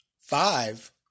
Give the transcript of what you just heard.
five